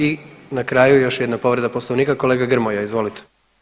I na kraju još jedna povreda Poslovnika, kolega Grmoja, izvolite.